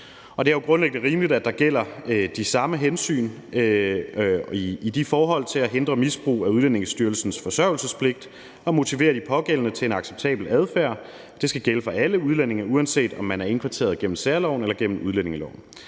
det er jo grundlæggende rimeligt, at der gælder de samme hensyn i forhold til at hindre misbrug af Udlændingestyrelsens forsørgelsespligt og motivere de pågældende til en acceptabel adfærd. Det skal gælde for alle udlændinge, uanset om man er indkvarteret gennem særloven eller gennem udlændingeloven.